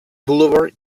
boulevard